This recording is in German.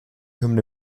hymne